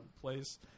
place